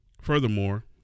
Furthermore